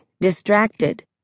distracted